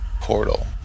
Portal